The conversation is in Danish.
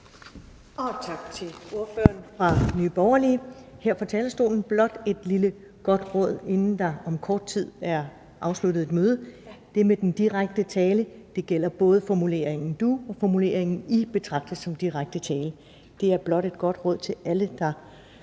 Tak til ordføreren fra Nye Borgerlige. Her fra talerstolen blot et lille godt råd, inden der om kort tid er afsluttet et møde, nemlig at både formuleringen du og formuleringen I betragtes som direkte tiltale. Det er blot et godt råd til alle, der